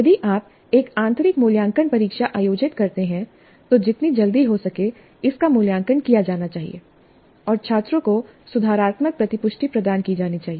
यदि आप एक आंतरिक मूल्यांकन परीक्षा आयोजित करते हैं तो जितनी जल्दी हो सके इसका मूल्यांकन किया जाना चाहिए और छात्रों को सुधारात्मक प्रतिपुष्टि प्रदान की जानी चाहिए